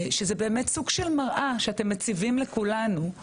שזה באמת סוג של מראה שאתם מציגים לכולנו,